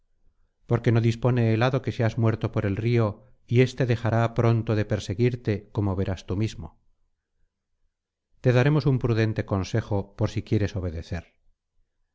porque no dispone el hado que seas muerto por el río y éste dejará pronto de perseguirte como verás tú mismo te daremos un prudente consejo por si quieres obedecer